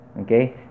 Okay